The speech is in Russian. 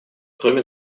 кроме